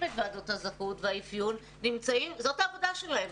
את ועדות הזכאות והאפיון זאת העבודה שלהם,